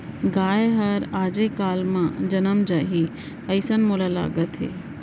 गाय हर आजे काल म जनम जाही, अइसन मोला लागत हे